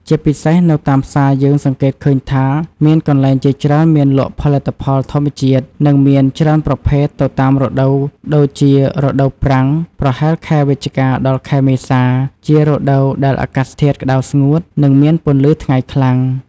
ជាពិសេសនៅតាមផ្សារយើងសង្កេតឃើញថាមានកន្លែងជាច្រើនមានលក់ផលិតផលធម្មជាតិ និងមានច្រើនប្រភេទទៅតាមរដូវ ដូចជារដូវប្រាំងប្រហែលខែវិច្ឆិកា ដល់ ខែមេសា ជារដូវដែលអាកាសធាតុក្តៅស្ងួត និងមានពន្លឺថ្ងៃខ្លាំង។